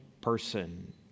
person